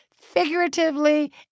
figuratively